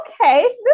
okay